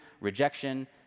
rejection